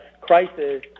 crisis